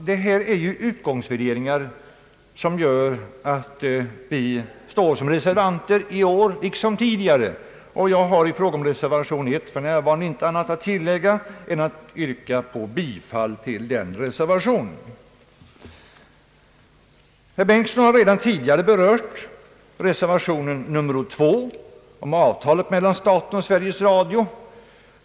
Detta är utgångsvärderingar, vilka gör att vi står som reservanter i år liksom tidigare. I fråga om reservation 1 har jag för närvarande inget annat att tillägga än att jag vill yrka bifall till den reservationen. Herr Bengtson har redan tidigare berört reservation 2 om avtalet mellan staten och Sveriges Radio.